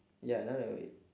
ya none of it